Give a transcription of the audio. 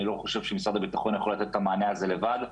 אני לא חושב שמשרד הביטחון יכול לתת את המענה הזה לבד.